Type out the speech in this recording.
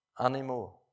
anymore